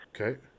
Okay